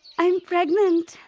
i'm pregnant!